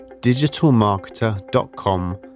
digitalmarketer.com